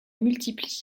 multiplient